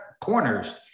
corners